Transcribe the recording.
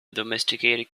domesticated